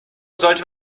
sollte